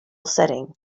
setting